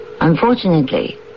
Unfortunately